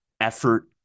effort